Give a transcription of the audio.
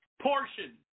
Portion